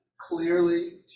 Clearly